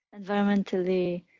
environmentally